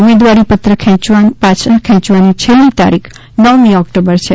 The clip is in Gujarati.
ઉમેદવારી પરત ખેંચવાની છેલ્લી તારીખ નવમી ઓકટોબર છે